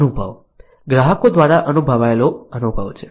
અનુભવ ગ્રાહકો દ્વારા અનુભવાયેલો અનુભવ છે